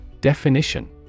Definition